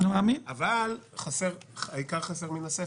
אבל העיקר חסר מן הספר.